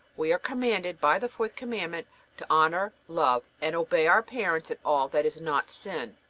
we are commanded by the fourth commandment to honor, love, and obey our parents in all that is not sin.